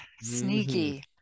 sneaky